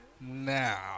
now